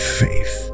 faith